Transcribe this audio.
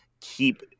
keep